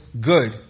good